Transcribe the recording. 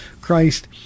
Christ